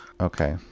Okay